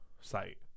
site